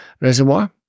Reservoir